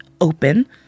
open